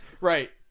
Right